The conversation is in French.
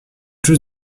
tous